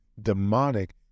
demonic